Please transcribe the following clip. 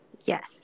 Yes